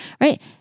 right